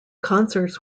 concerts